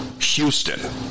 Houston